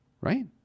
Right